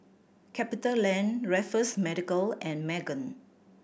CapitaLand Raffles Medical and Megan